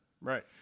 Right